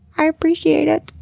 i appreciate it!